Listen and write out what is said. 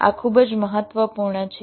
આ ખૂબ જ મહત્વપૂર્ણ છે